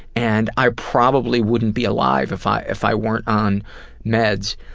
and i probably wouldn't be alive if i if i weren't on meds.